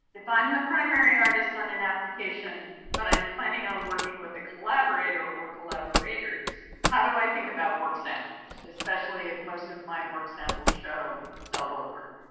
if i'm the primary artist on an application, but i'm planning on working with a collaborator or collaborators, how i think about work samples, especially if most of my work samples show solo work?